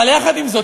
אבל יחד עם זה,